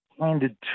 handed